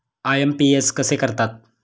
IMPS कसे करतात?